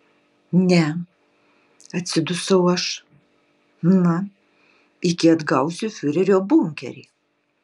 ne atsidusau aš na iki atgausiu fiurerio bunkerį